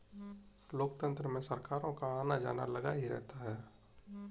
लोकतंत्र में सरकारों का आना जाना लगा ही रहता है